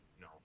No